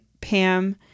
Pam